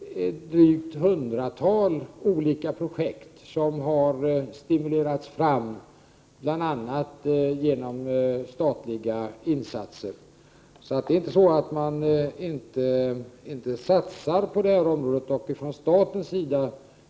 Ett drygt hundratal olika projekt pågår som har stimulerats fram bl.a. genom statliga insatser. Det är alltså inte så att man inte satsar på det här området från statens sida.